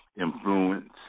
influence